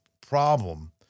problem